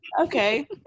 okay